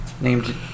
named